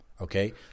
Okay